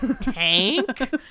Tank